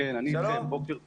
כן, אני אתכם, בוקר טוב.